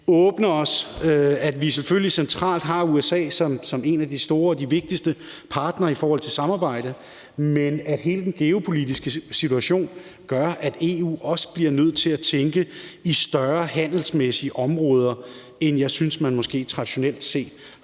åbner os og selvfølgelig centralt har USA som en af de store og vigtigste partnere i forhold til samarbejde, men at hele den geopolitiske situation gør, at EU også bliver nødt til at tænke i større handelsmæssige områder, end jeg synes man måske traditionelt set har